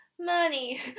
Money